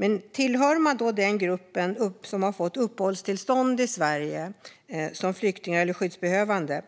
Men om man tillhör den grupp som har fått uppehållstillstånd i Sverige som flykting eller skyddsbehövande